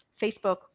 Facebook